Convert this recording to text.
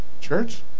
Church